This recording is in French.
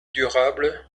durable